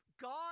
God